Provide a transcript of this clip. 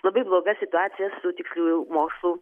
labai bloga situacija su tiksliųjų mokslų